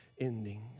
endings